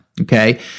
Okay